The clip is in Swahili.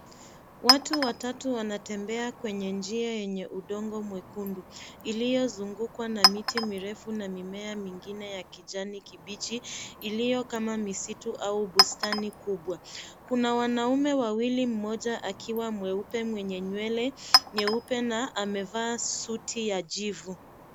Watu watatu wanatembea kwenye njia yenye udongo mwekundu iliyozungukwa na miti mirefu na mimea mingine ya kijani kibichi iliyo kama misitu au bustani kubwa. Kuna wanaume wawili mmoja akiwa mweupe mwenye nywele nyeupe na amevaa suti ya jivu.